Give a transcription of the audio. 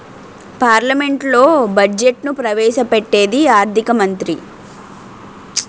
పార్లమెంట్లో బడ్జెట్ను ప్రవేశ పెట్టేది ఆర్థిక మంత్రి